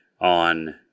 on